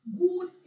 good